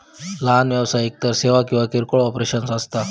लहान व्यवसाय एकतर सेवा किंवा किरकोळ ऑपरेशन्स असता